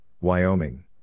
Wyoming